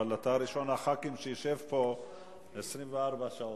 אבל אתה ראשון חברי הכנסת שישב פה 24 שעות.